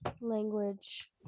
language